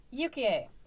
Yuki